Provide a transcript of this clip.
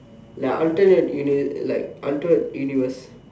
like alternate uni like alternate universe